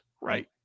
Right